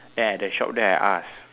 then at the shop there I ask